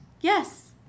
Yes